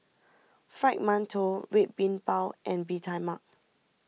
Fried Mantou Red Bean Bao and Bee Tai Mak